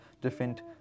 different